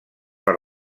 per